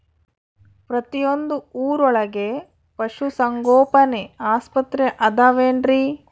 ಪ್ರತಿಯೊಂದು ಊರೊಳಗೆ ಪಶುಸಂಗೋಪನೆ ಆಸ್ಪತ್ರೆ ಅದವೇನ್ರಿ?